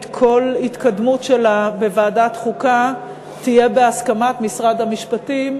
כל התקדמות בה בוועדת החוקה תהיה בהסכמת משרד המשפטים,